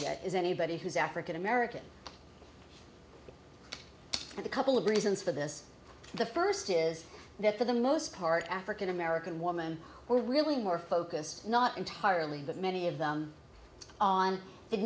yet is anybody who's african american and a couple of reasons for this the first is that for the most part african american woman or really more focused not entirely but many of them on